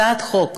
הצעת החוק